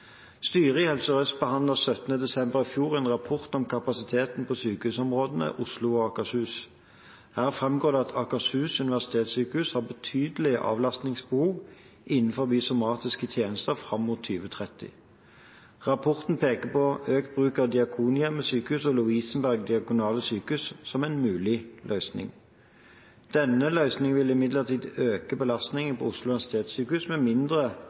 Styret i Helse Sør-Øst behandlet 17. desember i fjor en rapport om kapasiteten for sykehusområdene Oslo og Akershus. Her framgår det at Akershus universitetssykehus har et betydelig avlastningsbehov innenfor somatiske tjenester fram mot 2030. Rapporten peker på økt bruk av Diakonhjemmet Sykehus og Lovisenberg Diakonale Sykehus som en mulig løsning. Denne løsningen vil imidlertid øke belastningen på Oslo universitetssykehus, med mindre